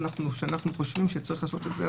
אם היינו חושבים שצריך לעשות את זה,